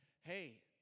hey